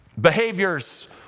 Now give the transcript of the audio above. behaviors